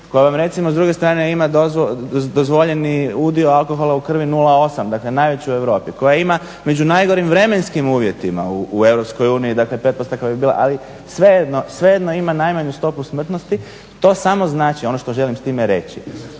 koja vam recimo s druge strane ima dozvoljeni udio alkohola u krvi 0,8. Dakle, najveći u Europi. Koja ima među najgorim vremenskim uvjetima u EU, dakle pretpostavka bi bila. Ali svejedno ima najmanju stopu smrtnosti. To samo znači, ono što želim s time reći,